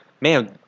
Man